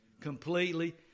completely